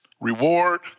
reward